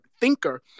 thinker